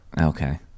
Okay